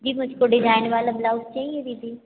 जी मुझको डिज़ाइन वाला ब्लाउज़ चाहिए दीदी